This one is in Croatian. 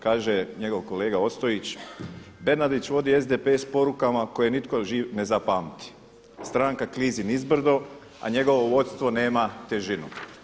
Kaže njegov kolega Ostojić: „Bernardić vodi SDP s porukama koje nitko živ ne zapamti, stranka klizi nizbrdo, a njegovo vodstvo nema težinu.